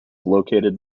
located